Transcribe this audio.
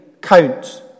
count